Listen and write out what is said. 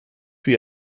für